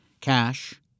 cash